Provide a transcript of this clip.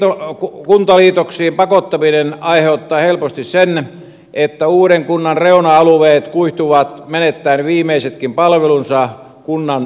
suuriin kuntaliitoksiin pakottaminen aiheuttaa helposti sen että uuden kunnan reuna alueet kuihtuvat menettäen viimeisetkin palvelunsa kunnan keskustaan